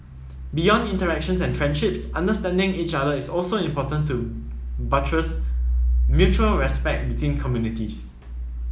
beyond interactions and friendships understanding each other is also important to buttress mutual respect between communities